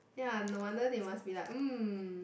ya no wonder they must be like mm